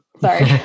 Sorry